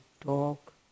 talk